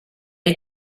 est